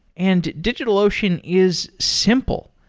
and digitalocean is simple.